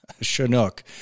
Chinook